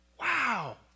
Wow